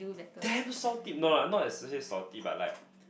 damn salty no lah not especially salty but like